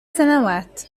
سنوات